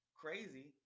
crazy